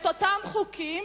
את אותם חוקים,